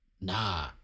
Nah